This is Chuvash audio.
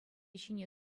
ҫине